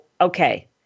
okay